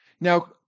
Now